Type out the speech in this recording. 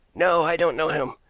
no, i don't know him.